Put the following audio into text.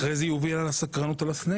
אחרי זה יוביל את הסקרנות על הסנה